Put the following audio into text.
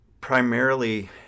primarily